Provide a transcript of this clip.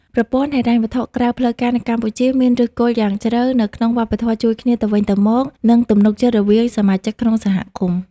ប្រព័ន្ធហិរញ្ញវត្ថុក្រៅផ្លូវការនៅកម្ពុជាមានឫសគល់យ៉ាងជ្រៅនៅក្នុងវប្បធម៌ជួយគ្នាទៅវិញទៅមក និងទំនុកចិត្តរវាងសមាជិកក្នុងសហគមន៍។